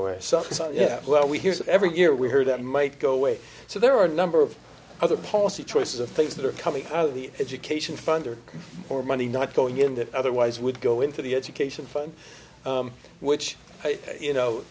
so yeah well we hear every year we heard it might go away so there are a number of other policy choices of things that are coming out of the education fund or or money not going into otherwise would go into the education fund which you know